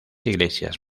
iglesias